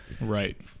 right